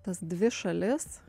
tas dvi šalis